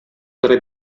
tre